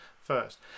first